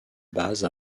base